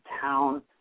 town